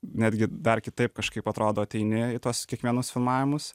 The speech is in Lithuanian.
netgi dar kitaip kažkaip atrodo ateini į tuos kiekvienus filmavimus